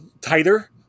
tighter